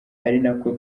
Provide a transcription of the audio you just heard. ariko